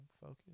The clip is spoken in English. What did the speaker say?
Focus